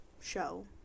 show